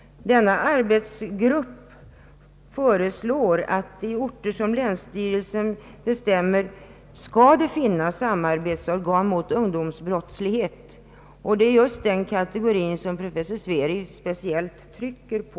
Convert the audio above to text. Den föreslår att det i de orter som länsstyrelsen bestämmer skall finnas samarbetsorgan mot ungdomsbrottslighet, och det är just kategorin ungdomsbrottslingar som professor Sveri speciellt trycker på.